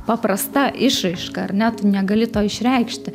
paprasta išraiška ar ne tu negali to išreikšti